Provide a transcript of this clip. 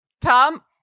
tom